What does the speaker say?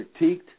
critiqued